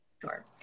Sure